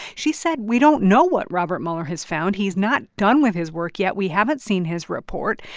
she said, we don't know what robert mueller has found. he's not done with his work yet. we haven't seen his report,